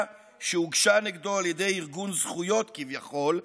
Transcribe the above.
שהוגשה נגדו על ידי ארגון זכויות כביכול,